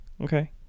Okay